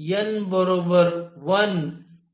n 1 साठी k 1 असे होते